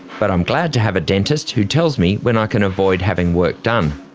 but i'm glad to have a dentist who tells me when i can avoid having work done.